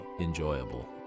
enjoyable